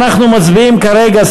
אנחנו מצביעים כרגע,